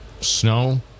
snow